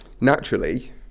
Naturally